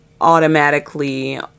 automatically